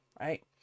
right